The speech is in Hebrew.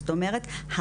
זאת אומרת,